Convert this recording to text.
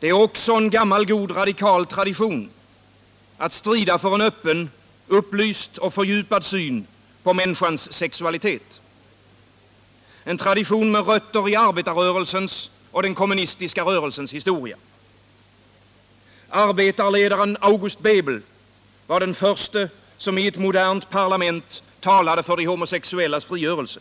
Det är också en gammal god, radikal tradition att strida för en öppen, upplyst och fördjupad syn på människans sexualitet — en tradition med rötter i arbetarrörelsens och den kommunistiska rörelsens historia. Arbetarledaren August Bebel var den förste som i ett modernt parlament talade för de homosexuellas frigörelse.